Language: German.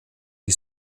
die